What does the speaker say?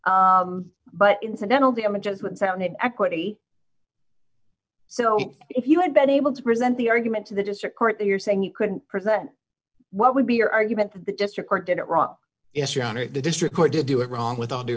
law but incidental the images would sound in equity so if you had been able to present the argument to the district court you're saying you couldn't present what would be your argument that the district court did it wrong yes your honor the district court did do it wrong with all due